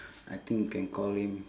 I think can call him